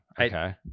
Okay